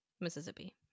Mississippi